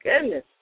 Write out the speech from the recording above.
goodness